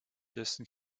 dessen